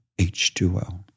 H2O